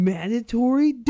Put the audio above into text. Mandatory